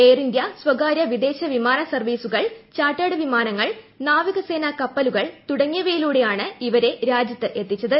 air India സ്വകാര്യ വിദ്ദേശ്ര വിമാന സർവീസുകൾ ചാർട്ടേഡ് വിമാനങ്ങൾ നാവിക സേന കപ്പലുകൾ തുടങ്ങിയവയിലൂടെയാണ് ഇവരെ രാജ്യത്ത് എത്തിച്ചത്